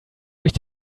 durch